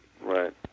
right